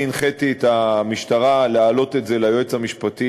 הנחיתי את המשטרה להעלות את זה ליועץ המשפטי